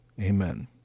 Amen